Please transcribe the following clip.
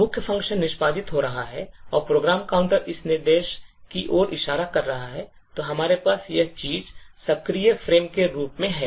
जब मुख्य function निष्पादित हो रहा है और प्रोग्राम काउंटर इस निर्देश की ओर इशारा कर रहा है तो हमारे पास यह चीज़ सक्रिय फ़्रेम के रूप में है